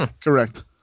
Correct